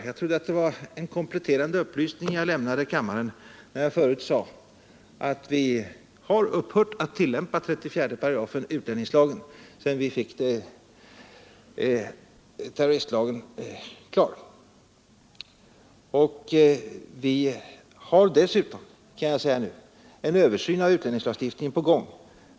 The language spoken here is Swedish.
Jag ansåg att det var en kompletterande upplysning jag lämnade kammaren när jag förut sade att vi har upphört att tillämpa 34 § utlänningslagen sedan vi fick terroristlagen i kraft. Vi har dessutom — det kan jag säga nu — en översyn av utlänningslagstiftningen på gång.